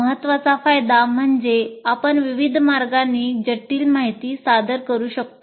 महत्वाचा फायदा म्हणजे आपण विविध मार्गांनी जटिल माहिती सादर करू शकतो